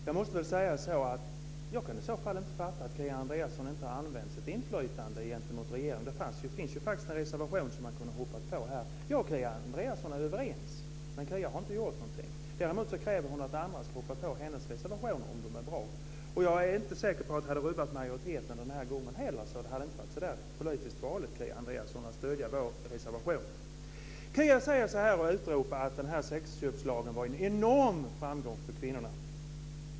Fru talman! I så fall kan jag inte fatta att Kia Andreasson inte har använt sitt inflytande gentemot regeringen. Det finns ju faktiskt en reservation här som man kunde ha hoppat på. Jag och Kia Andreasson är överens, men Kia har inte gjort någonting. Däremot kräver hon att andra ska hoppa på hennes reservationer om de är bra. Jag är inte säker på att det hade rubbat majoriteten den här gången heller. Det hade alltså inte varit så politiskt farligt, Kia Andreasson, att stödja vår reservation. Kia utropar att sexköpslagen var en enorm framgång för kvinnorna.